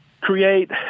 create